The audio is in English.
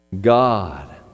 God